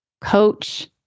coach